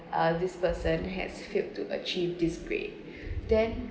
uh this person has failed to achieve this grade then